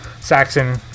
Saxon